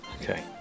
okay